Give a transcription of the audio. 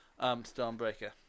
Stormbreaker